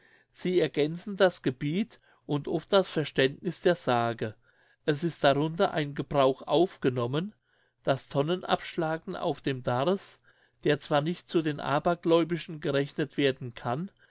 sie ergänzen das gebiet und oft das verständniß der sage es ist darunter ein gebrauch aufgenommen das tonnenabschlagen auf dem darß der zwar nicht zu den abergläubischen gerechnet werden kann